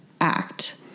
act